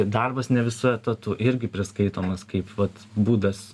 darbas ne visu etatu irgi priskaitomas kaip vat būdas